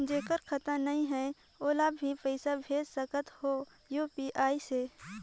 जेकर खाता नहीं है ओला भी पइसा भेज सकत हो यू.पी.आई से?